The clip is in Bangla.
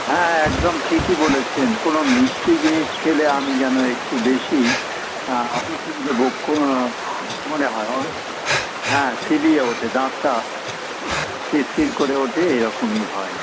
হ্যাঁ হ্যাঁ একদম ঠিকই বলেছেন কোনো মিষ্টি জিনিস খেলে আমি যেন একটু বেশি আমার খুব যে মনে হয় ও হ্যাঁ শিরিয়ে ওঠে দাঁতটা শিরশির করে ওঠে এরকমই হয়